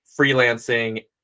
freelancing